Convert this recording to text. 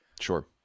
Sure